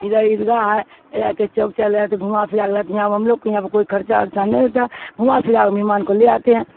ادھر عید گاہ ہے جتےے چوک چل رہتے گھا پھرلاا لاتتے یہاں پر ہم لوگ کو یہاںہ کوئی خرچہ ارچان نہیں ہوتا ہے گھااں پھرا کے مہمان کو لے آتے ہیں